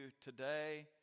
today